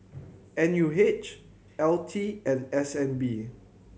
N U H L T and S N B